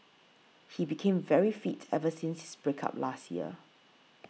he became very fit ever since his break up last year